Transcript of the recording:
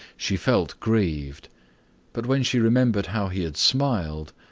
she felt grieved but when she remembered how he had smiled,